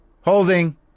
Holding